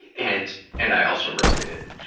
and, and i also related.